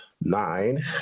nine